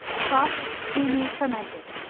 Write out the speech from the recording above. soft, creamy, fermented.